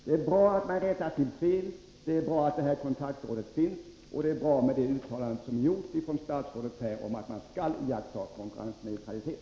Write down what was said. Det är bra att man rättar till fel, det är bra att kontaktrådet finns och det är bra att statsrådet här har gjort ett uttalande om att man skall iaktta konkurrensneutralitet.